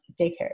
daycare